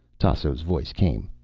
tasso's voice came.